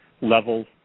levels